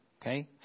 Okay